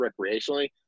recreationally